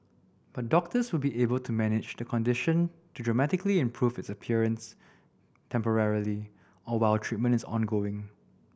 but doctors will be able to manage the condition to dramatically improve its appearance temporarily or while treatment is ongoing